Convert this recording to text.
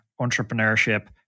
entrepreneurship